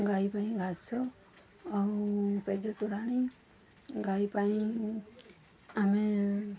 ଗାଈ ପାଇଁ ଘାସ ଆଉ ପେଜ ତୋରାଣୀ ଗାଈ ପାଇଁ ଗାଈ ପାଇଁ ଆମେ